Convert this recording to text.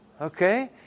Okay